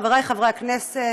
חבריי חברי הכנסת,